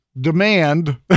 demand